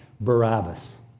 Barabbas